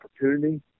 opportunity